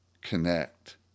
Connect